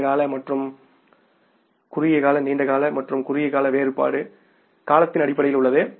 நீண்ட கால மற்றும் குறுகிய கால நீண்ட கால மற்றும் குறுகிய கால வேறுபாடு காலத்தின் அடிப்படையில் உள்ளது